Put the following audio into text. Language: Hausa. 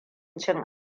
cin